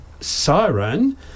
Siren